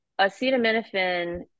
acetaminophen